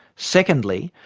secondly,